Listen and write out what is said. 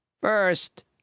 First